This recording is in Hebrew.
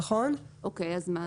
אז מה?